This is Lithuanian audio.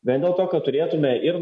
vien dėl to kad turėtume ir